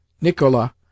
Nicola